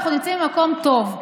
אבל אנחנו נמצאים במקום טוב.